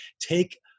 Take